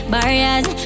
Barriers